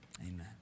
Amen